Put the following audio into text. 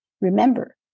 Remember